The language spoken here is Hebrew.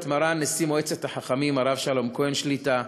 את מרן נשיא מועצת החכמים הרב שלום כהן שליט"א,